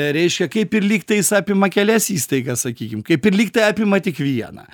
reiškia kaip ir lygtais apima kelias įstaigas sakykim kaip ir lygtai apima tik vieną